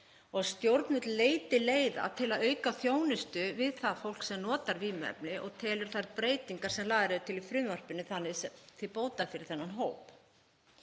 að stjórnvöld leiti leiða til að auka þjónustu við það fólk sem notar vímuefni og telur þær breytingar sem lagðar eru til í frumvarpinu þannig til bóta fyrir þennan hóp.